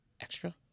extra